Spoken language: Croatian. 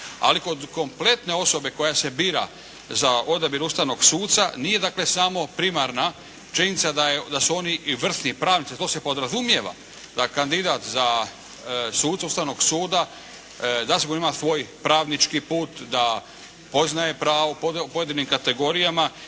Ali kod kompletne osobe koja se bira za odabir ustavnog suca nije dakle samo primarna činjenica da su oni i vrsni pravnici. To se podrazumijeva da kandidat za suca Ustavnog suda zasigurno ima svoj pravnički put, da poznaje pravo po pojedinim kategorijama